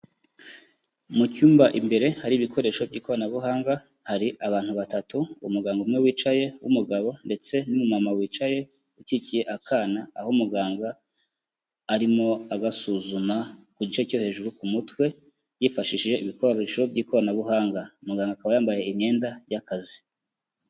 Mu cyumba imbere hari ibikoresho by'ikoranabuhanga, hari abantu batatu, umuganga umwe wicaye w'umugabo ndetse n'umumama wicaye ukikiye akana, aho umuganga arimo agasuzuma ku gice cyo hejuru ku mutwe yifashishije ibikoresho by'ikoranabuhanga, muganga akaba yambaye imyenda y'akazi.